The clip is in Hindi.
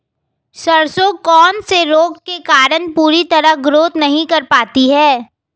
सरसों कौन से रोग के कारण पूरी तरह ग्रोथ नहीं कर पाती है?